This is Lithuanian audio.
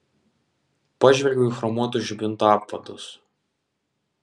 pažvelgiau į chromuotus žibintų apvadus